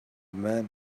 men